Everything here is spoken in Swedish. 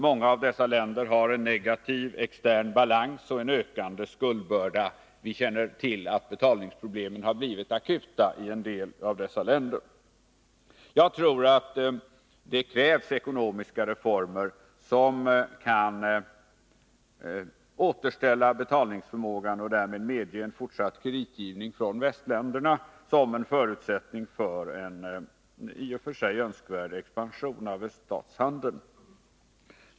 Många av dem har en negativ extern balans och en ökande skuldbörda. Vi känner till att betalningsproblemen har blivit akuta i en del av dessa länder. Jag tror att ekonomiska reformer för att återställa betalningsförmågan och därmed medge en fortsatt kreditgivning från västländerna är en förutsättning för en i sig önskvärd expansion av öststatshandeln.